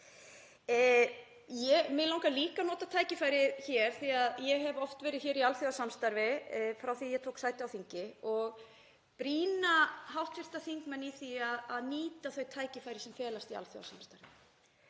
því. Mig langar líka að nota tækifærið hér, því að ég hef oft verið í alþjóðasamstarfi frá því að ég tók sæti á þingi, og brýna hv. þingmenn til að nýta þau tækifæri sem felast í alþjóðasamstarfi,